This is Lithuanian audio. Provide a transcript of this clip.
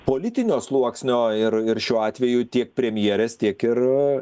politinio sluoksnio ir ir šiuo atveju tiek premjerės tiek ir